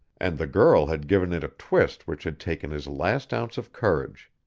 and the girl had given it a twist which had taken his last ounce of courage.